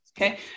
Okay